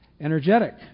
Energetic